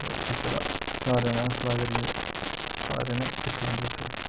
ते इत्थें दा सारे जने अस सलाह् करियै सारे जने किट्ठे जंदे उत्थें